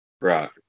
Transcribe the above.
Right